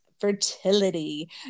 fertility